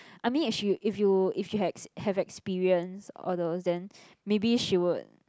I mean if she if you if you have have experience all those then maybe she would